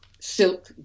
silk